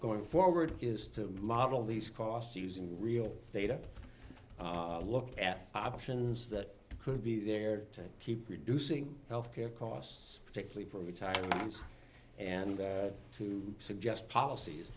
going forward is to model these costs using real data look at options that could be there to keep reducing health care costs particularly for the times and to suggest policies